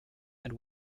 and